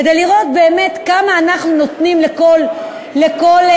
כדי לראות באמת כמה אנחנו נותנים לכל מגזר.